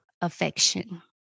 affection